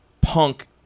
punk